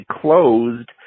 closed